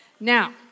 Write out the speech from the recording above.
Now